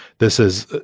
this is,